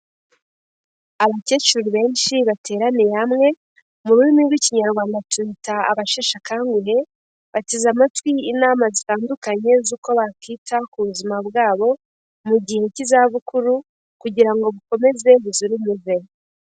Abakecuru benshi bateraniye hamwe mu rurimi rw'ikinyarwanda tubita abasheshe akanguhe. Bateze amatwi inama zitandukanye z'uko bakita ku buzima bwabo mu gihe cy'izabukuru kugira ngo bukomeze buzira umuze.